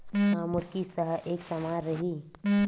का मोर किस्त ह एक समान रही?